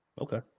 Okay